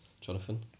Jonathan